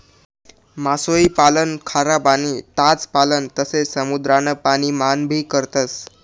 मासोई पालन खारा पाणी, ताज पाणी तसे समुद्रान पाणी मान भी करतस